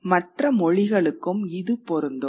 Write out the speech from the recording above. மற்ற மொழிகளுக்கும் இது பொருந்தும்